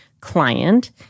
client